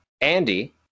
Andy